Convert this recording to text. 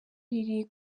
riri